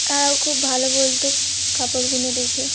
তারাও খুব ভালো বলত কাপড়গুলো দেখে